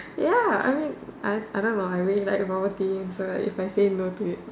ya I mean I I don't know I really like bubble tea and so if I say no to it